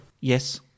Yes